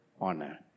honor